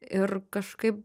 ir kažkaip